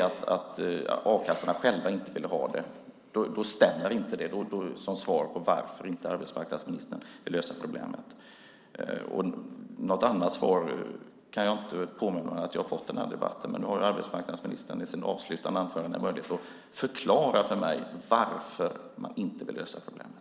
Att a-kassorna inte vill ha det stämmer inte och räcker inte som svar på varför arbetsmarknadsministern inte vill lösa problemet. Något annat svar har jag inte fått i den här debatten, men nu har arbetsmarknadsministern i sitt avslutande anförande möjlighet att förklara för mig varför man inte vill lösa problemet.